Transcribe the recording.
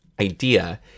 idea